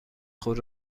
خود